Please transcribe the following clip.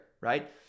right